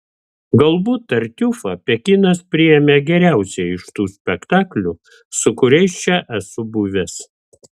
galbūt tartiufą pekinas priėmė geriausiai iš tų spektaklių su kuriais čia esu buvęs